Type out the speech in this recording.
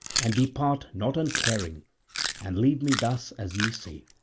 and depart not uncaring and leaving me thus as ye see.